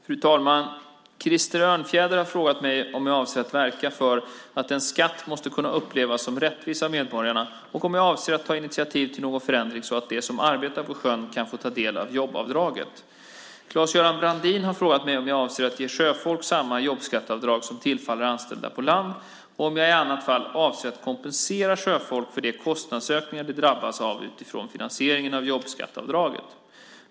Fru talman! Krister Örnfjäder har frågat mig om jag avser att verka för att en skatt måste kunna upplevas som rättvis av medborgarna och om jag avser att ta initiativ till någon förändring så att de som arbetar på sjön kan få ta del av jobbavdraget. Claes-Göran Brandin har frågat mig om jag avser att ge sjöfolk samma jobbskatteavdrag som tillfaller anställda på land och om jag i annat fall avser att kompensera sjöfolk för de kostnadsökningar de drabbas av utifrån finansieringen av jobbskatteavdraget.